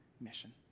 mission